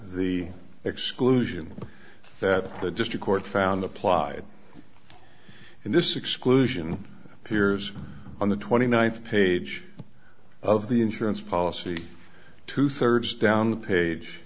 the exclusion that the district court found applied in this exclusion appears on the th page of the insurance policy two thirds down the page